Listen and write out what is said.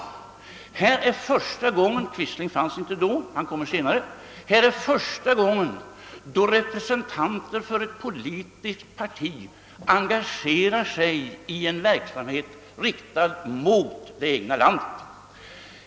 Det här är första gången — Quisling fanns inte med i bilden, han framträdde senare — då representanter för ett politiskt parti engagerar sig i en verksamhet riktad mot det egna landet.